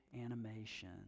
animation